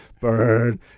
Bird